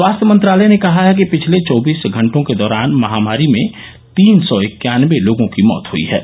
स्वास्थ्य मंत्रालय ने कहा है कि पिछले चौबीस घंटों के दौरान महामारी में तीन सौ इक्यानबे लोगों की मौत हई हे